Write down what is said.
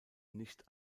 nicht